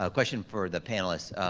ah question for the panelists.